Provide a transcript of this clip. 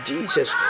Jesus